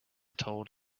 told